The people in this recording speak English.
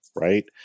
right